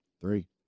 Three